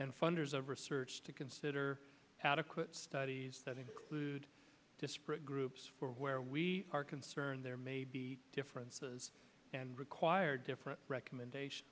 and funders of research to consider adequate studies that include disparate groups where we are concerned there may be differences and require different recommendation